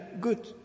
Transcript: good